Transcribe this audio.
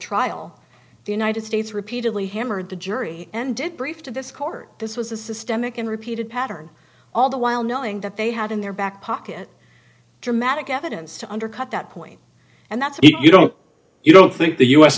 trial the united states repeatedly hammered the jury and did brief to this court this was a systemic and repeated pattern all the while knowing that they had in their back pocket dramatic evidence to undercut that point and that's why you don't you don't think the u s